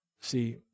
See